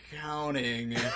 counting